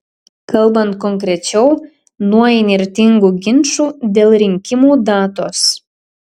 kalbant konkrečiau nuo įnirtingų ginčų dėl rinkimų datos